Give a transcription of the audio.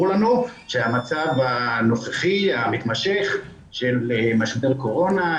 לנו שהמצב הנוכחי המתמשך של משבר קורונה,